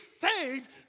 saved